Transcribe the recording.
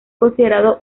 considerado